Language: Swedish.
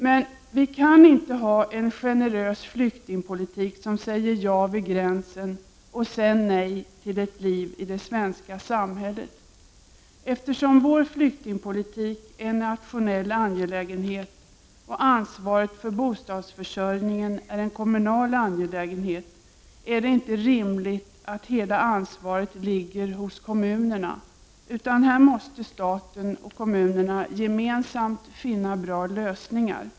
Men vi kan inte ha en generös flyktingpolitik som säger ja vid gränsen och sedan nej till ett liv i det svenska samhället. Eftersom vår flyktingpolitik är en nationell angelägenhet och ansvaret för bostadsförsörjningen är en kommunal angelägenhet är det inte rimligt att hela ansvaret ligger hos kommunerna, utan här måste staten och kommunerna gemensamt finna bra lösningar.